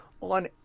on